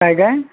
काय काय